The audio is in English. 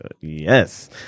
Yes